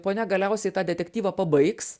ponia galiausiai tą detektyvą pabaigs